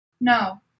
No